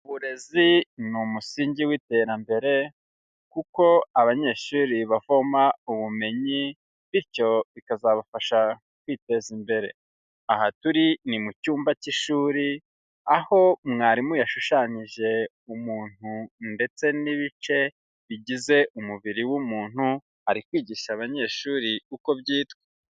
Uburezi ni umusingi w'iterambere kuko abanyeshuri bavoma ubumenyi bityo bikazabafasha kwiteza imbere, aha turi ni mu cyumba cy'ishuri aho mwarimu yashushanyije umuntu ndetse n'ibice bigize umubiri w'umuntu, ari kwigisha abanyeshuri uko byitwa.